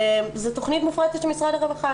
זו תוכנית מופרטת במשרד הרווחה.